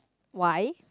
why